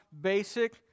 basic